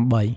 ៩៨។